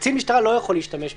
קצין משטרה לא יכול להשתמש בזה.